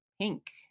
pink